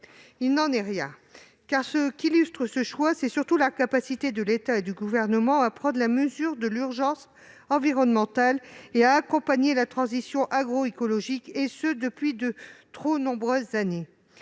il n'en est rien, car, ce qu'illustre ce choix, c'est surtout l'incapacité de l'État et du Gouvernement à prendre la mesure de l'urgence environnementale et à accompagner la transition agroécologique, et ce depuis de trop nombreuses années.